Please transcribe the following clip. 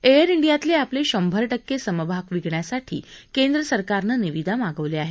air डियातले आपले शंभर टक्के समभाग विकण्यासाठी केंद्र सरकारनं निविदा मागवल्या आहेत